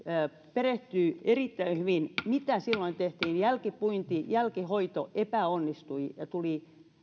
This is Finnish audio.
perehtyy erittäin hyvin siihen mitä silloin tehtiin jälkipuinti jälkihoito epäonnistui ja tuli